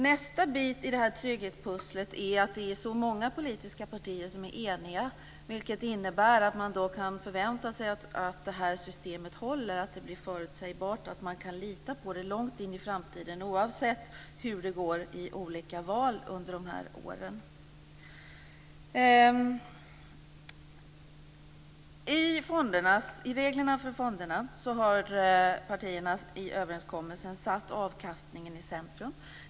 Nästa bit i trygghetspusslet är att det är så många politiska partier som är eniga, vilket innebär att man kan förvänta sig att systemet håller, att det blir förutsägbart och att man kan lita på det långt in i framtiden, oavsett hur det går i olika val under åren. I reglerna för fonderna har partierna i överenskommelsen satt avkastningen i centrum.